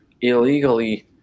illegally